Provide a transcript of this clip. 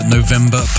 November